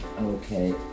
Okay